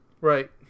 Right